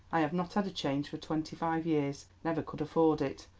i have not had a change for twenty-five years. never could afford it.